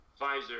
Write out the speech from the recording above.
Pfizer